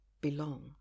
belong